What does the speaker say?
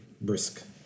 brisk